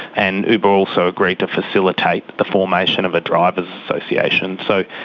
and uber also agreed to facilitate the formation of a drivers association. so,